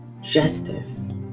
justice